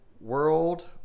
World